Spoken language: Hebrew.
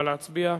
נא להצביע.